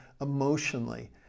emotionally